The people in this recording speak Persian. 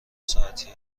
ساعتی